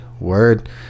word